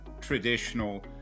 traditional